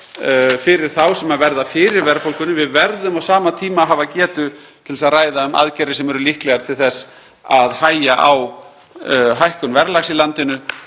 fyrir þá sem verða fyrir verðbólgunni. Við verðum á sama tíma að hafa getu til að ræða um aðgerðir sem eru líklegar til þess að hægja á hækkun verðlags í landinu